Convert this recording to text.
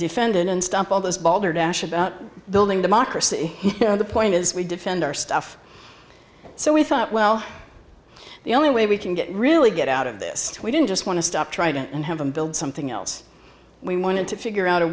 defend and stop all this balderdash about building democracy the point is we defend our stuff so we thought well the only way we can get really get out of this we didn't just want to stop trying and have them build something else we wanted to figure out a